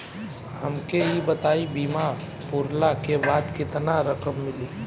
हमके ई बताईं बीमा पुरला के बाद केतना रकम मिली?